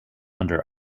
under